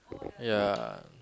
ya